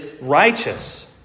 righteous